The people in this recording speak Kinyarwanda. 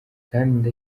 kandi